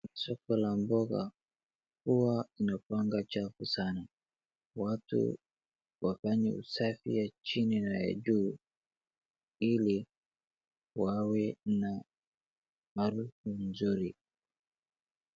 Soko la mboga huwa inakuanga chafu sana watu wafanye usafi ya chini na ya juu ili wawe na mahali nzuri.